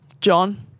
John